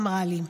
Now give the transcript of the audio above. אמרה לי.